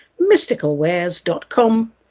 mysticalwares.com